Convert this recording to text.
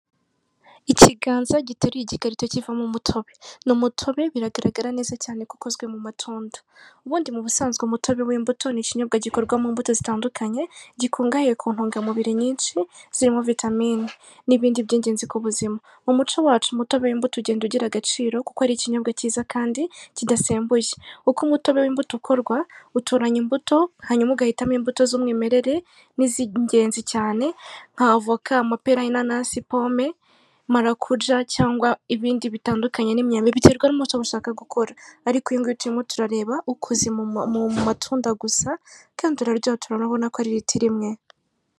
ikiganza giteruye igikarito kivamo umutobe. Ni umutobe biragaragara neza cyane ko ukozwe mu matunda, ubundi mu busanzwe umutobe w'imbuto ni ikinyobwa gikorwa mu mbuto zitandukanye gikungahaye ku ntungamubiri nyinshi zirimo vitamine n'ibindi by'ingenzi ku buzima. Mu muco wacu umutobe w'imbuto ugenda ugira agaciro kuko ari ikinyobwa cyiza kandi kidasembuye, uko umutobe w'imbuto ukorwa utoranya imbuto hanyuma ugahitamo imbuto z'umwimerere nizingenzi cyane nka avoka, amapera y'inanasi, pome, marakuja cyangwa ibindi bitandukanye n'imyembe biterwa n'umutobe ushaka gukora ariko uyu nguyu turimo turareba ukoze muma mu matunda gusa kandi uraryoha turanabona ko ari ritiro imwe.